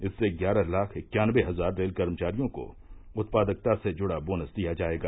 इससे ग्यारह लाख इक्यानबे हजार रेल कर्मचारियों को उत्पादकता से जूड़ा बोनस दिया जायेगा